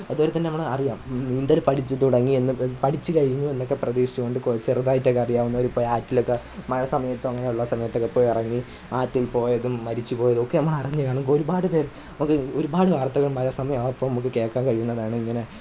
അതുപോലെ തന്നെ നമ്മൾ അറിയാം നീന്തൽ പഠിച്ച് തുടങ്ങിയെന്ന് പഠിച്ച് കഴിഞ്ഞൂ എന്നൊക്കെ പ്രതീക്ഷിച്ച് കൊണ്ട് കൊ ചെറുതായിട്ടൊക്കെ അറിയാന്നവർ പോയി ആറ്റിലൊക്കെ മഴ സമയത്തും അങ്ങനെ ഉള്ള സമയത്തൊക്കെ പോയി ഇറങ്ങി ആറ്റില് പോയതും മരിച്ച് പോയതുമൊക്കെ നമ്മൾ അറിഞ്ഞ് കാണും ഒരുപാട് പേര് നമുക്ക് ഒരുപാട് വാര്ത്തകള് മഴ സമയം ആപ്പോൾ നമുക്ക് കേൾക്കാൻ കഴിയുന്നതാണ് ഇങ്ങനെ